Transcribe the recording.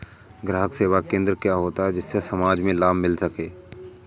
ग्राहक सेवा केंद्र क्या होता है जिससे समाज में लाभ मिल सके?